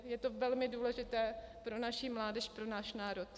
Je to velmi důležité pro naši mládež, pro náš národ.